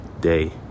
day